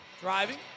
driving